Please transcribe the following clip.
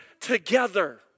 together